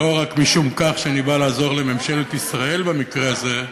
לא רק משום כך שאני בא לעזור לממשלת ישראל במקרה הזה,